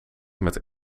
met